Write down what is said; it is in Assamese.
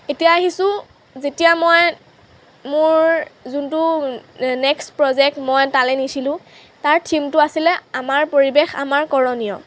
এতিয়া আহিছোঁ যেতিয়া মই মোৰ যোনটো নেক্সট প্ৰজেক্ট মই তালৈ নিছিলোঁ তাৰ থীমটো আছিলে আমাৰ পৰিৱেশ আমাৰ কৰণীয়